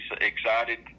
excited